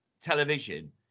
television